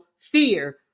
fear